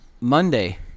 Monday